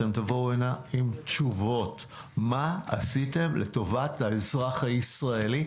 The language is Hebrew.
אתם תבואו הנה עם תשובות מה עשיתם לטובת האזרח הישראלי.